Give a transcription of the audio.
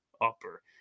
Upper